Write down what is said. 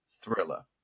thriller